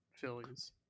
phillies